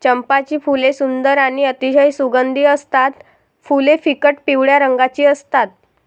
चंपाची फुले सुंदर आणि अतिशय सुगंधी असतात फुले फिकट पिवळ्या रंगाची असतात